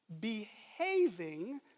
behaving